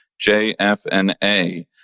JFNA